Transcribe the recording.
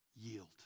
yield